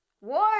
War